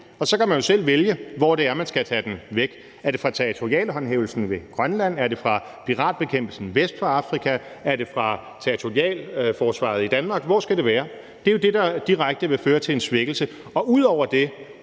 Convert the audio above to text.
og så kan man jo selv vælge, hvor man skal tage den fra – er det fra territorialhåndhævelsen ved Grønland, er det fra piratbekæmpelsen vest for Afrika, er det fra territorialforsvaret i Danmark? Hvor skal det være? Det er jo det, der direkte vil føre til en svækkelse. Ud over det